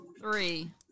Three